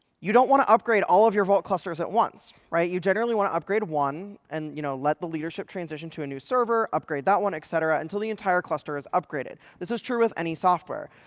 you don't want to upgrade all of your vault clusters at once. you generally want to upgrade one, and you know let the leadership transition to a new server, upgrade that one, et cetera, until the entire cluster is upgraded. this is true with any software.